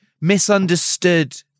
Misunderstood